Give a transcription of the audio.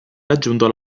raggiunto